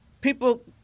people